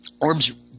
orbs